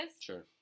Sure